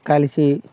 కలిసి